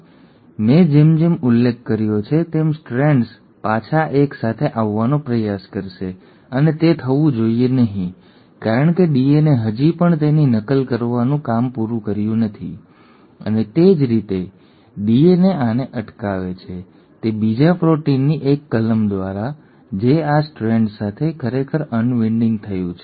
હવે મેં જેમ જેમ ઉલ્લેખ કર્યો છે તેમ સ્ટ્રેન્ડ્સ પાછા એક સાથે આવવાનો પ્રયાસ કરશે અને તે થવું જોઈએ નહીં કારણ કે ડીએનએ હજી પણ તેની નકલ કરવાનું તેનું કામ પૂરું કર્યું નથી અને જે રીતે ડીએનએ આને અટકાવે છે તે બીજા પ્રોટીનની એક કલમ દ્વારા છે જે આ સ્ટ્રેન્ડ્સ સાથે અનવિન્ડિંગ થયું છે